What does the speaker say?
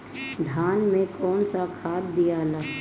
धान मे कौन सा खाद दियाला?